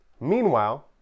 Meanwhile